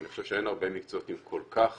ואני חושב שאין הרבה מקצועות עם כל כך